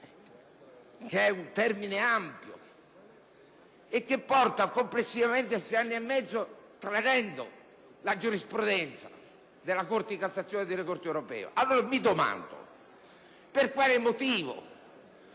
che è un termine ampio e che porta complessivamente a sei anni e mezzo il tempo del processo, tradendo la giurisprudenza della Corte di cassazione e della Corte europea. Mi domando per quale motivo